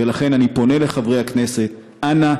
לכן אני פונה לחברי הכנסת: אנא,